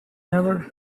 never